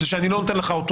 זה שאני לא נותן לך אותו,